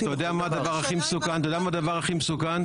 אתה יודע מה הדבר הכי מסוכן?